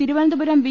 Thiruvananthapuram V